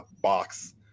box